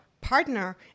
partner